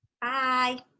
Bye